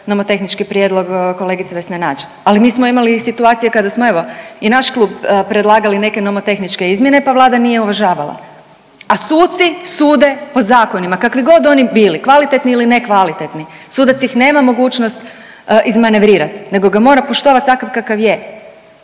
nomotehnički prijedlog kolegice Vesne Nađ, ali mi smo imali i situacije kada smo evo i naš klub predlagali neke nomotehničke izmjene pa Vlada nije uvažavala, a suci sude po zakonima kakvi god oni bili kvalitetni ili ne kvalitetni. Sudac ih nema mogućnost izmanevrirati nego ga mora poštovati takav kakav je.